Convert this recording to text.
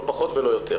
לא פחות ולא יותר.